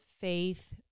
faith